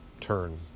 turn